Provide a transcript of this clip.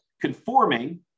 conforming